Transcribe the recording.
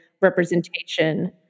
representation